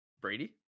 Brady